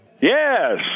Yes